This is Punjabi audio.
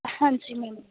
ਹਾਂਜੀ ਮੈਮ